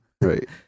Right